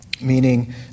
meaning